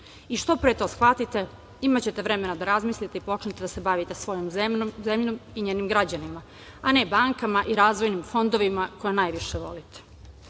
Što pre to shvatite imaćete vremena da razmislite i počnete da se bavite svojom zemljom i njenim građanima, a ne bankama i razvojnim fondovima koje najviše volite. Sve